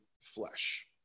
flesh